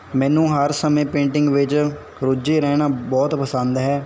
ਮੈਨੂੰ ਹਰ ਸਮੇਂ ਪੇਂਟਿੰਗ ਵਿੱਚ ਰੁੱਝੇ ਰਹਿਣਾ ਬਹੁਤ ਪਸੰਦ ਹੈ